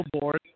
board